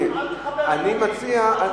אל תחבר אירועים.